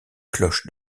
cloches